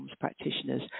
practitioners